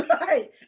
Right